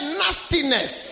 nastiness